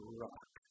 rock